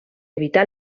evitar